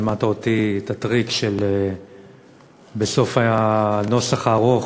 לימדת אותי את הטריק של בסוף הנוסח הארוך